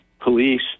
police